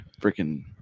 freaking